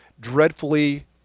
dreadfully